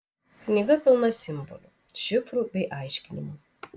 knyga pilna simbolių šifrų bei aiškinimų